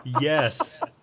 Yes